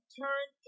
turn